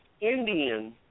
Indian